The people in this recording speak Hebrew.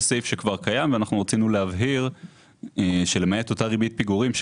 זה סעיף שכבר קיים ואנחנו רצינו להבהיר שלמעט אותה ריבית פיגורים,